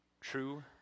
True